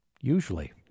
usually